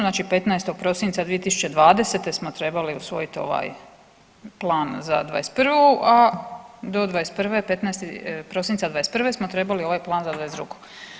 Znači 15. prosinca 2020. smo trebali usvojiti ovaj plan za '21., a do '21., 15. prosinca '21. smo trebali ovaj plan za '22.